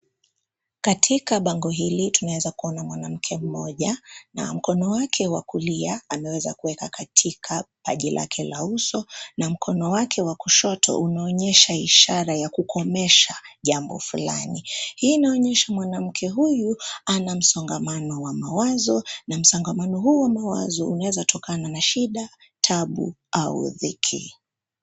Katika bango hili tunaweza kumwona mwanamke mmoja, na mkono wake wa kulia ameweza kuweka katika, paji lake la uso na mkono wake wa kushoto unaonyesha ishara ya kukomesha, jambo fulani, hii inaonyesha mwanamke huyu ana msongamano wa mawazo na msongamano huu wa mawazo unaweza tokana na shida, tabu au dhiki.